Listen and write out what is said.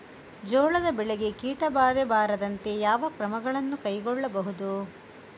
ಜೋಳದ ಬೆಳೆಗೆ ಕೀಟಬಾಧೆ ಬಾರದಂತೆ ಯಾವ ಕ್ರಮಗಳನ್ನು ಕೈಗೊಳ್ಳಬಹುದು?